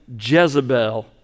Jezebel